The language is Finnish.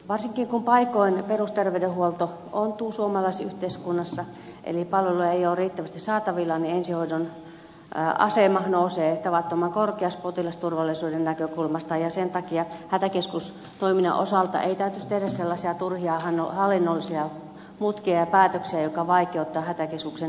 varsinkin kun paikoin perusterveydenhuolto ontuu suomalaisessa yhteiskunnassa eli palveluja ei ole riittävästi saatavilla ensihoidon asema nousee tavattoman korkeaksi potilasturvallisuuden näkökulmasta ja sen takia hätäkeskustoiminnan osalta ei täytyisi tehdä sellaisia turhia hallinnollisia mutkia ja päätöksiä jotka vaikeuttavat hätäkeskuksen toimintaa